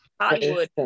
Hollywood